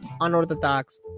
unorthodox